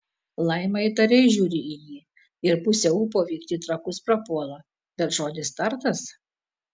laima įtariai žiūri į jį ir pusė ūpo vykti į trakus prapuola bet žodis tartas